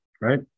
right